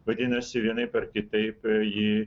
vadinasi vienaip ar kitaip ji